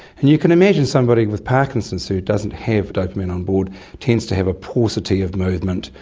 and you can imagine somebody with parkinson's who doesn't have dopamine on board tends to have a paucity of movement,